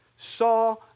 saw